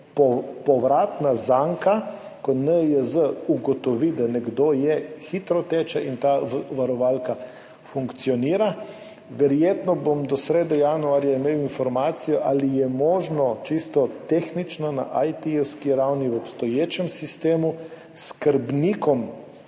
Povratna zanka, ko NIJZ ugotovi, da nekdo je, hitro teče in ta varovalka funkcionira. Verjetno bom do sredine januarja imel informacijo, ali je možno čisto tehnično, na IT-jevski ravni v obstoječem sistemu s skrbnikom